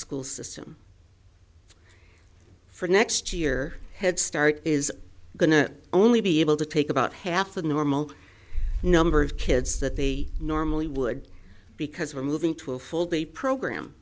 school system for next year head start is going to only be able to take about half the normal number of kids that they normally would because we're moving to a full day program